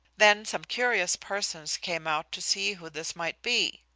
then some curious persons came out to see who this might be.